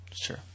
sure